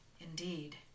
indeed